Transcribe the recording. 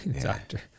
Doctor